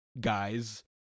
guys—